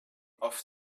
oft